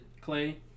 Clay